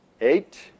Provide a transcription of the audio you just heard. Eight